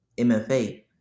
MFA